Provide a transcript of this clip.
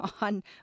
on